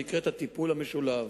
הנקראת "הטיפול המשולב".